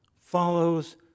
follows